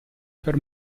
per